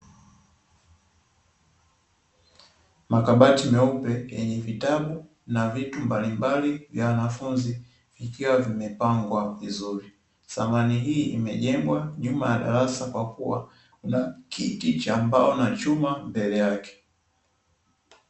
Makabati meupe yenye vitabu na vitu mbalimbali vya wanafunzi vikiwa vimepangwa vizuri, samani hii imejengwa nyuma ya darasa kwa kuwa kiti cha mbao na chuma mbele yake.